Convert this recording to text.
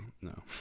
no